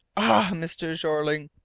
ah, mr. jeorling,